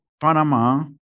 Panama